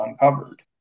uncovered